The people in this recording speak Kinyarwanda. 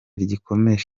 rigikomeza